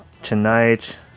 Tonight